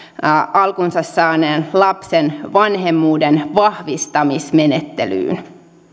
alkunsa saaneen lapsen vanhemmuuden vahvistamismenettelyyn